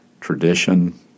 tradition